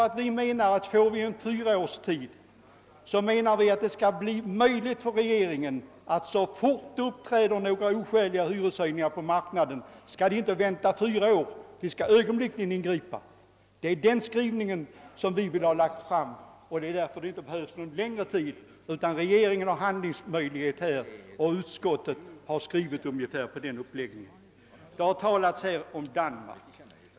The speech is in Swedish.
Jo, vi menar att om vi får en övergångstid på fyra år, så skall det bli möjligt för regeringen att så fort oskäliga hyreshöjningar uppträder på hyresmarknaden ögonblickligen ingripa, utan att be höva vänta i fyra år. Det är denna skrivning som vi velat lägga fram, och det är därför som det inte behövs någon längre övergångstid, eftersom regeringen enligt förslaget skulle få snabba handlingsmöjligheter. Efter den uppläggningen har utskottets utlåtande skrivits.